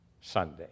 Sunday